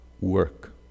work